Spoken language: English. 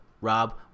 Rob